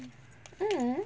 mm